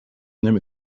نمی